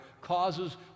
causes